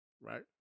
Right